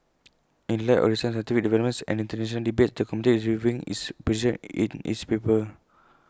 in light of recent scientific developments and International debates the committee is reviewing its position IT in its paper